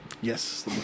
Yes